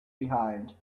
behind